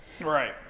Right